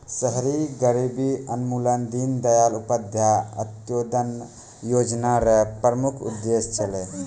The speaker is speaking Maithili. शहरी गरीबी उन्मूलन दीनदयाल उपाध्याय अन्त्योदय योजना र प्रमुख उद्देश्य छलै